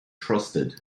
trusted